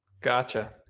gotcha